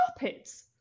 carpets